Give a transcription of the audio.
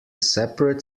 separate